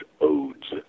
odes